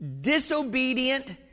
disobedient